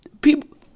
People